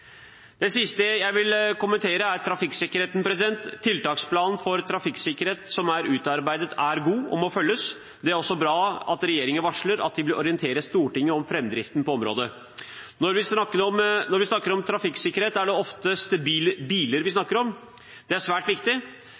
Det siste jeg vil kommentere, er trafikksikkerheten. Tiltaksplanen for trafikksikkerhet som er utarbeidet, er god og må følges. Det er også bra at regjeringen varsler at de vil orientere Stortinget om framdriften på området. Når vi snakker om trafikksikkerhet, er det som oftest biler vi snakker om. Det er svært viktig.